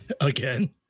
again